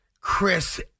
Chris